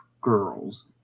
girls